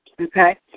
Okay